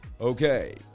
Okay